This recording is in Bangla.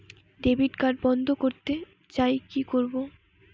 ডেবিট কার্ড বন্ধ করতে চাই কি করব?